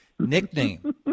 Nickname